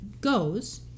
goes